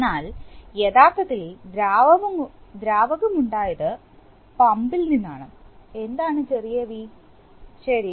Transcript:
എന്നാൽ യഥാർത്ഥത്തിൽ ദ്രാവകം ഉണ്ടായത് പമ്പിൽ നിന്നാണ് എന്താണ് ചെറിയ V ശരി